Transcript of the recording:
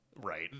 Right